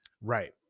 Right